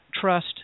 trust